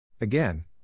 Again